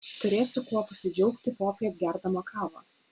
turėsiu kuo pasidžiaugti popiet gerdama kavą